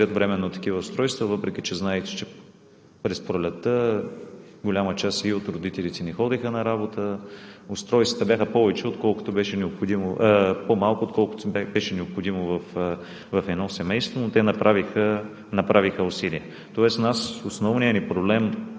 въпреки че, знаете, през пролетта голяма част и от родителите не ходеха на работа. Устройствата бяха по-малко, отколкото беше необходимо в едно семейство, но те направиха усилия. Тоест основният ни проблем